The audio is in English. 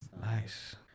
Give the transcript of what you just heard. nice